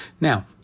Now